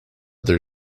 their